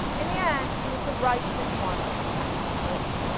in the end, it was the right that won the tax revolt.